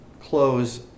close